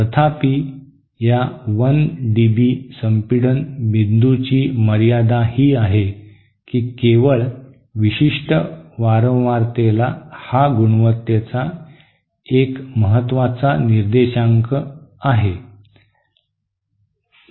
तथापि या 1 डीबी संपीडन बिंदूची मर्यादा ही आहे की केवळ विशिष्ट वारंवारतेला हा गुणवत्तेचा एक महत्वाचा निर्देशांक आहे